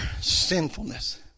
sinfulness